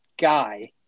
guy